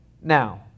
Now